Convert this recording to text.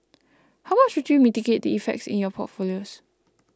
how would you mitigate the effects in your portfolios